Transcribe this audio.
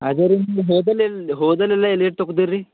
ಅದೇ ರೀ ನೀವು ಹೋದಲೆಲ್ ಹೋದಲೆಲ್ಲ ಎಲಿಯತ್ ತಕೊತೀರಿ ರೀ